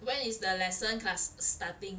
when is the lesson class starting